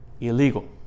illegal